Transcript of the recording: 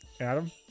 Adam